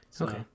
Okay